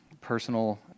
personal